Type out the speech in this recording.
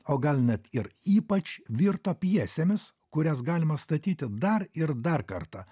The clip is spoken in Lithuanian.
o gal net ir ypač virto pjesėmis kurias galima statyti dar ir dar kartą